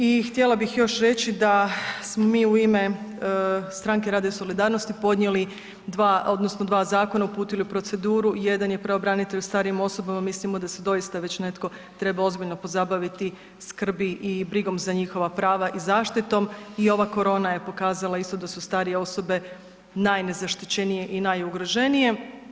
I htjela bih još reći da smo mi u ime Stranke rada i solidarnosti podnijeli dva, odnosno dva zakona uputili u proceduru, jedan je pravobranitelj starijim osobama, mislimo da se doista već netko treba ozbiljno pozabaviti skrbi i brigom za njihova prava i zaštitom i ova korona je isto pokazala isto da su starije osobe najnezaštićenije i najugroženije.